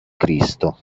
cristo